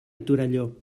torelló